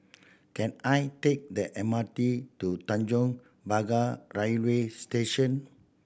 can I take the M R T to Tanjong Pagar Railway Station